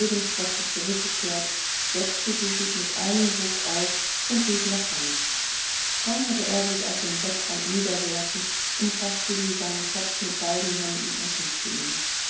lebenskräfte zurückgekehrt setzte sie sich mit einem ruck auf und rief nach hans kaum hatte er sich auf dem bettrand niedergelassen umfaßte sie seinen kopf mit beiden händen und küßte ihn